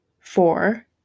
four